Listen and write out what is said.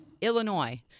Illinois